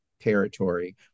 territory